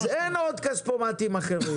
לא על הגופים הפרטיים.